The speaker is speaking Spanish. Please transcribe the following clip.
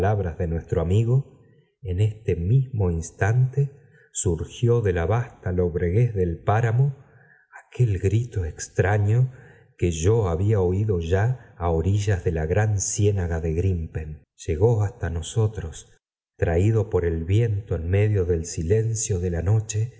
de nuestro amigo en este mismo instante surgió de la vasta lobreguez del páramo aquel grito extraño que yo había oído ya á orillas de la gran ciénaga de grim pen llegó hasta nosotros traído por el viento en medio del bilencio de la noche